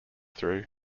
through